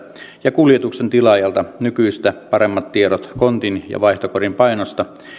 ja kuljetuksen tilaajalta nykyistä paremmat tiedot kontin ja vaihtokorin painosta